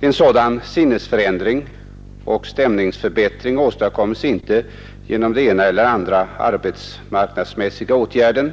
Men en sådan sinnesförändring och stämningsförbättring når man inte genom den ena eller andra arbetsmarknadsmässiga åtgärden.